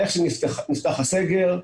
ברגע שנפתח הסגר,